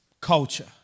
culture